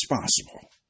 responsible